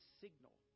signal